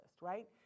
right